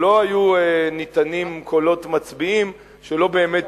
ולא היו ניתנים קולות מצביעים שלא באמת,